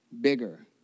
bigger